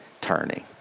turning